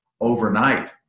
overnight